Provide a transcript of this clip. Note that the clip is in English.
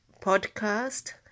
podcast